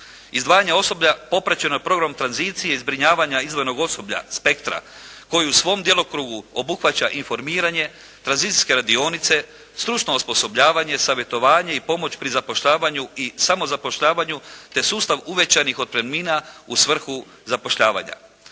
Izdvajanje osoblja popraćeno je …/Govornik se ne razumije./… tranzicije, zbrinjavanja izdvojenog osoblja, spektra koji u svom djelokrugu obuhvaća informiranje, tranzicijske radionice, stručno osposobljavanje, savjetovanje i pomoć pri zapošljavanju i samozapošljavanju te sustav uvećanih otpremnina u svrhu zapošljavanja.